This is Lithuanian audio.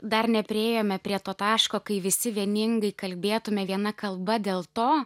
dar nepriėjome prie to taško kai visi vieningai kalbėtumėme viena kalba dėl to